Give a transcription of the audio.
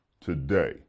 today